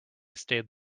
stayed